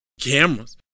cameras